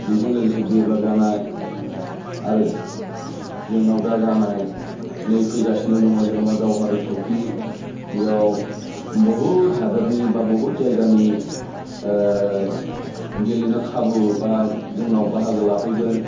बेजों लोगोसे देभ्लप जानाय आरो जोंनाव दा जानाय नै फैगासिनो दङ दा जेन'बा दावहारु ट्रफि बेयाव बहुथ हादरनि बा बहुथ जायगानि गेलेनो खाबु बा जोंनाव बाहागो लाफैगोन